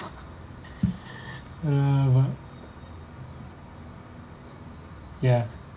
ya